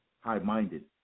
high-minded